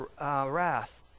wrath